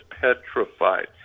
petrified